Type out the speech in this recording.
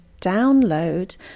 download